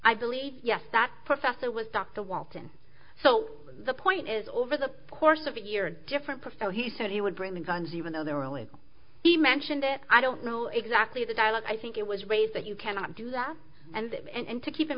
i believe yes that professor was dr walton so the point is over the course of a year a different profile he said he would bring the guns even though they were illegal he mentioned it i don't know exactly the dialogue i think it was raised that you cannot do that and that and to keep in